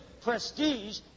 prestige